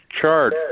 chart